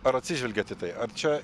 ar atsižvelgiant į tai ar čia